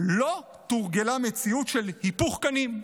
לא תורגלה המציאות של היפוך קנים.